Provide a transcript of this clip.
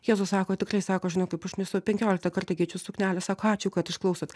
jėzus sako tikrai sako žinok kaip užkniso jau penkioliktą kartą keičiu suknelę sako ačiū kad išklausot